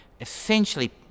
essentially